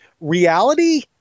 Reality